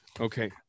Okay